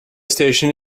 station